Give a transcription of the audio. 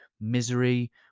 misery